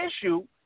issue